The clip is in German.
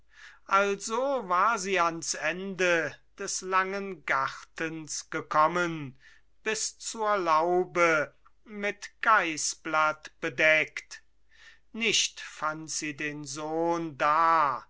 also war sie ans ende des langen gartens gekommen bis zur laube mit geißblatt bedeckt nicht fand sie den sohn da